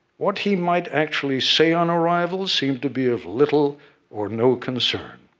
what he might, actually, say on arrival seemed to be of little or no concern.